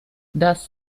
dass